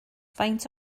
faint